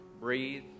breathe